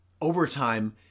Overtime